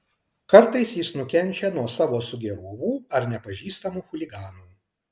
kartais jis nukenčia nuo savo sugėrovų ar nepažįstamų chuliganų